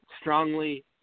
strongly